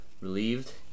relieved